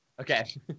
Okay